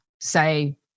say